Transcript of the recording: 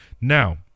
Now